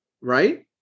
right